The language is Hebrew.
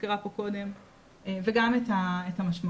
שהוזכרה פה קודם וגם את המשמעות.